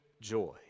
joy